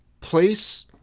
place